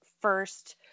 first